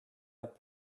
that